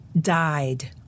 died